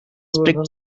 strict